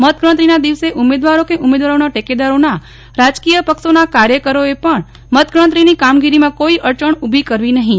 મતગણતરીના દિવસે ઉમેદવારો કે ઉમેદવારોના ટેકેદારો રાજકીય પક્ષોના કાર્યકરોએ મત ગણતરીની કામગીરીમાં કોઈ અડચણ ઉભી કરવી નહીં